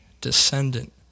Descendant